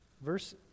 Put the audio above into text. Verse